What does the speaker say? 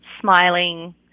smiling